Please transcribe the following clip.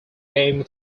game